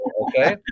Okay